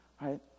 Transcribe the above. Right